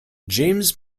james